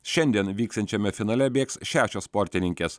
šiandien vyksiančiame finale bėgs šešios sportininkės